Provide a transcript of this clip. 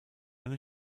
eine